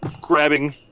grabbing